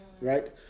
Right